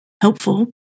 helpful